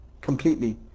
completely